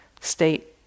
state